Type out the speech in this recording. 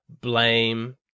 blame